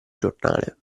giornale